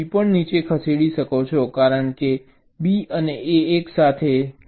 તમે B પણ નીચે ખસેડી શકો છો કારણ કે B અને A એકસાથે છે